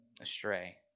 astray